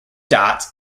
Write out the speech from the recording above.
dots